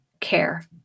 care